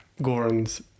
goran's